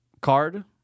card